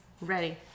Ready